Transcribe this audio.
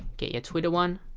get your twitter one